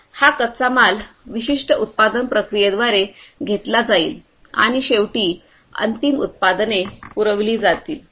हा कच्चा माल विशिष्ट उत्पादन प्रक्रियेद्वारे घेतला जाईल आणि शेवटी अंतिम उत्पादने पुरविली जातील